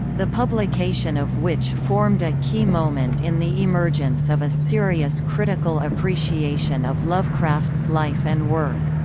the publication of which formed a key moment in the emergence of a serious critical appreciation of lovecraft's life and work.